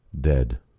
Dead